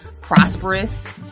prosperous